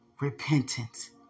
repentance